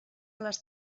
les